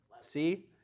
See